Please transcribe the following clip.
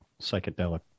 psychedelic